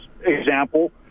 example